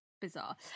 bizarre